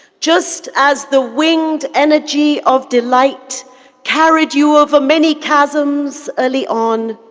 just as the wing energy of the light carried you over many chasms early on,